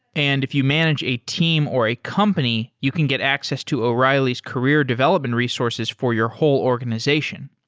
and if you manage a team or a company, you can get access to o'reilly's career development resources for your whole organization.